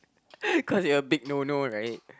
cause you're a big no no right